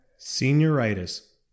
senioritis